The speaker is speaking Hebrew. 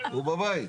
הוא בבית.